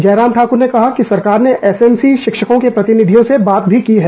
जयराम ठाकर ने कहा कि सरकार ने एस एम सी शिक्षकों के प्रतिनिधियों से बात भी की है